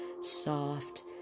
soft